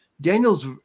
Daniel's